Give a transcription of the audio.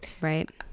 right